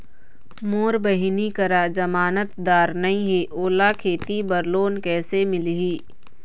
मोर बहिनी करा जमानतदार नई हे, ओला खेती बर लोन कइसे मिलही?